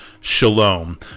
shalom